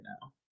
now